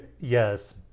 yes